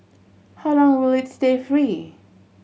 how long will it stay free